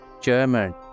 German